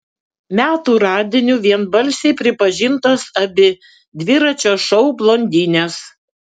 metų radiniu vienbalsiai pripažintos abi dviračio šou blondinės